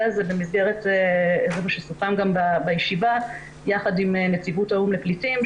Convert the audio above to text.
הזה בישיבה יחד עם נציבות האו"ם לפליטים,